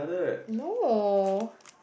no